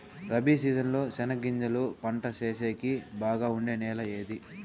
Rabi season లో చెనగగింజలు పంట సేసేకి బాగా ఉండే నెల ఏది?